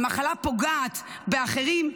המחלה פוגעת באחרים,